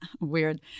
weird